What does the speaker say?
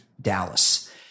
Dallas